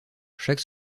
chaque